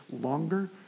longer